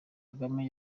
kagame